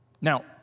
Now